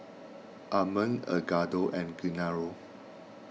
Amon Edgardo and Gennaro